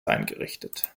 eingerichtet